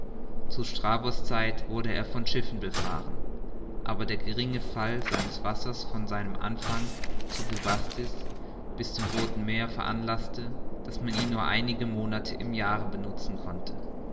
zu strabo's zeit wurde er von schiffen befahren aber der geringe fall seines wassers von seinem anfang zu bubastis bis zum rothen meere veranlaßte daß man ihn nur einige monate im jahre benutzen konnte